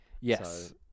Yes